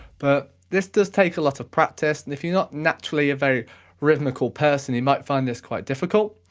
but, this just takes a lot of practise, and if you're not naturally a very rhythmical person you might find this quite difficult.